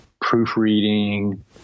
proofreading